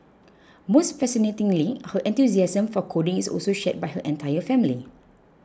most fascinatingly her enthusiasm for coding is also shared by her entire family